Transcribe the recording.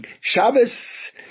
Shabbos